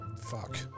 Fuck